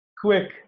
quick